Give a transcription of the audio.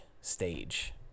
stage